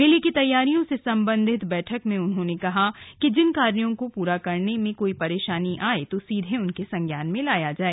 मेले की तैयारियों से संबंधित बैठक में उन्होंने कहा कि जिन कार्यों को पूरा करने में अगर कोई परेशानी आये तो सीधे उनके संज्ञान में लाया जाए